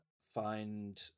find